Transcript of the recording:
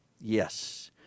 Yes